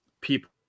people